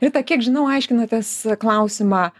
rita kiek žinau aiškinatės klausimą